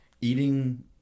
eating